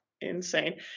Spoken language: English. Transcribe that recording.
insane